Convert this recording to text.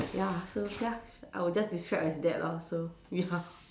ya so ya I would just describe as that lor so ya